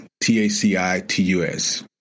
T-A-C-I-T-U-S